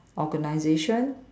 organization